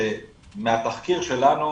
שמהתחקיר שלנו